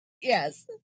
Yes